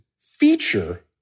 feature